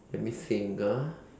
let me think ah